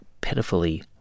pitifully